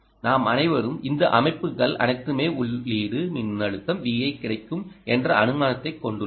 நாம் அனைவரும் இந்த அமைப்புகள் அனைத்துமே உள்ளீடு மின்னழுத்தம் Vi கிடைக்கும் என்ற அனுமானத்தைக் கொண்டுள்ளோம்